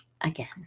again